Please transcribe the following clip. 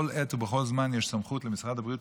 בכל עת ובכל זמן יש סמכות למשרד הבריאות